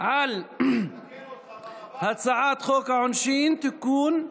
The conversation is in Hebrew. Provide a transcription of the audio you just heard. על הצעת חוק העונשין (תיקון,